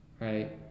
Right